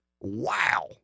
Wow